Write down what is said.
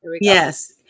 Yes